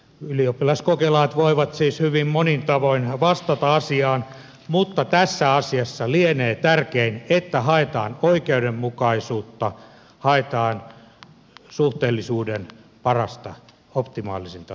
ylioppilaskokelaat voivat siis hyvin monin tavoin vastata asiaan mutta tässä asiassa lienee tärkeintä että haetaan oikeudenmukaisuutta haetaan suhteellisuuden parasta optimaalisinta toteutumisen vaihtoehtoa